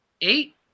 Eight